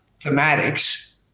thematics